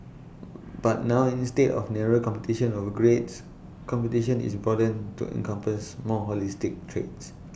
but now instead of narrow competition over grades competition is broadened to encompass more holistic traits